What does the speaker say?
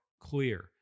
clear